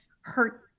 hurt